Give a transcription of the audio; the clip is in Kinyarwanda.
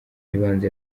ibanza